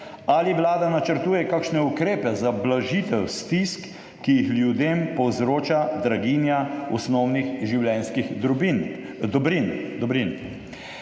Ali Vlada načrtuje kakšne ukrepe za blažitev stisk, ki jih ljudem povzročajo visoke cene osnovnih življenjskih dobrin?